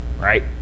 right